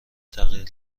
تغییر